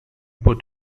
put